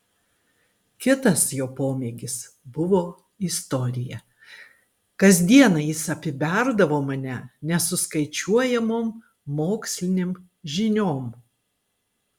kitas jo pomėgis buvo istorija kasdieną jis apiberdavo mane nesuskaičiuojamom mokslinėm žiniom